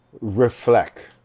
reflect